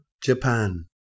Japan